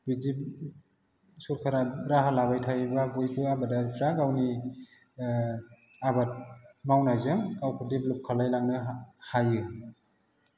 बिदि सरकारा राहा लाबाय थायोबा बयबो आबादारिफ्रा गावनि आबाद मावनायजों गावखौ देब्लाप खालामलांनो हायो